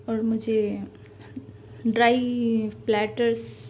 اور مجھے dry platters